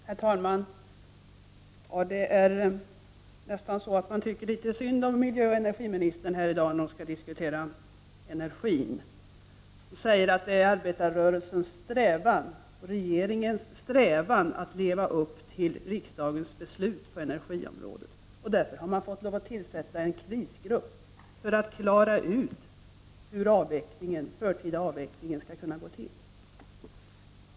Herr talman! Det är nästan så att man tycker synd om miljöoch energiministern när hon här i dag skall diskutera energifrågan. Hon säger att det är arbetarrörelsens och regeringens strävan att leva upp till riksdagens beslut på energiområdet och att man därför fått lov att tillstätta en krisgrupp för att klara ut hur den förtida avvecklingen skall kunna ske.